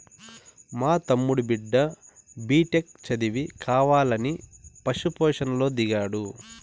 మా తమ్ముడి బిడ్డ బిటెక్ చదివి కావాలని పశు పోషణలో దిగాడు